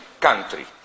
country